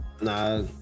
nah